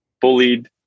bullied